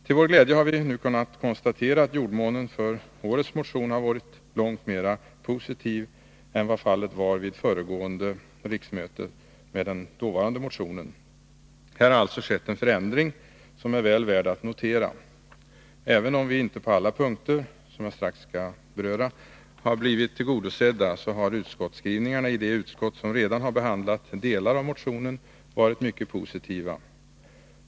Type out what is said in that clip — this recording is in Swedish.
Till vår glädje har vi nu kunnat konstatera att jordmånen för årets motion har varit långt mera positiv än för motionen vid föregående riksmöte. Här har skett en förändring, som är väl värd att notera. Även om vi inte på alla punkter — som jag strax skall beröra — har blivit tillgodosedda, har utskottsskrivningarna i de utskott som redan behandlat delar av motionen varit mycket positiva.